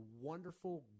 wonderful